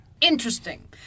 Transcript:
Interesting